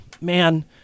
man